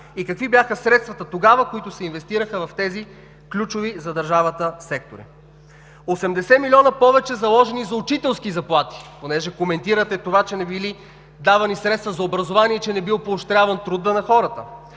Какви бяха средствата тогава, които се инвестираха в тези ключови за държавата сектори? Осемдесет милиона повече заложени за учителски заплати – понеже коментирате, че не били давани средства за образование, че не бил поощряван трудът на хората.